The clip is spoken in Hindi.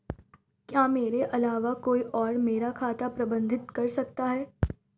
क्या मेरे अलावा कोई और मेरा खाता प्रबंधित कर सकता है?